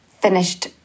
finished